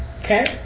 Okay